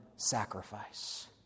sacrifice